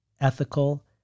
ethical